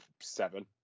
seven